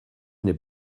n’est